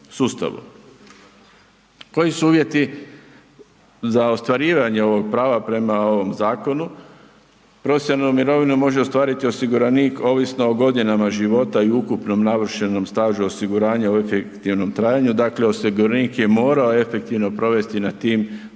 Koji su uvjeti za ostvarivanje ovog prava prema ovom zakonu? Profesionalnu mirovinu može ostvariti osiguranik ovisno o godinama života i ukupnom navršenom stažu osiguranja u efektivnom trajanju, dakle osiguranik je morao efektivno provesti na tim poslovima